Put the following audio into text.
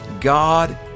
God